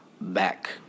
back